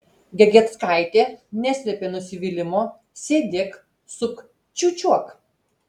gegieckaitė neslėpė nusivylimo sėdėk supk čiūčiuok